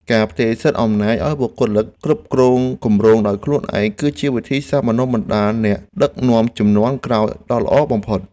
ការផ្ទេរសិទ្ធិអំណាចឱ្យបុគ្គលិកគ្រប់គ្រងគម្រោងដោយខ្លួនឯង គឺជាវិធីសាស្ត្របណ្តុះបណ្តាលអ្នកដឹកនាំជំនាន់ក្រោយដ៏ល្អបំផុត។